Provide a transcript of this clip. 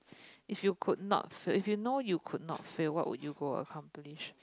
if you could not fail if you know you could not fail what would you go accomplish